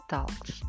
Talks